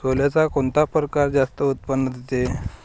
सोल्याचा कोनता परकार जास्त उत्पन्न देते?